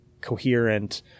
coherent